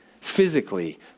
physically